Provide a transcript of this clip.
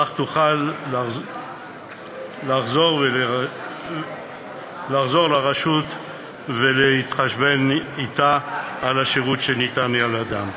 אך תוכל לחזור לרשות ולהתחשבן אתה על השירות שניתן על-ידיה.